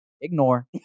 ignore